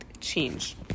change